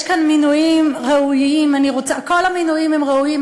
יש כאן מינויים ראויים, כל המינויים הם ראויים.